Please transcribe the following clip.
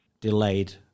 delayed